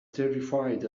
terrified